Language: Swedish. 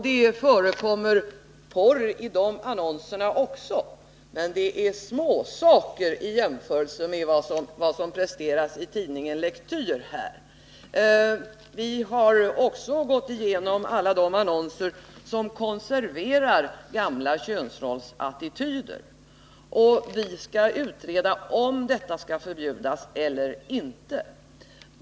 Det förekommer porr i de annonserna också, men det är småsaker i jämförelse med vad som presterats i tidningen Lektyr i det här sammanhanget. Vi har också gått igenom alla de annonser som konserverar gamla könsrollsattityder, och vi skall utreda om sådana saker skall förbjudas eller inte.